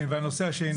כן, והנושא השני?